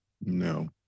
No